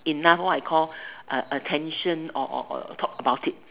enough what I call uh attention or or or talk about it